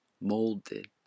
molded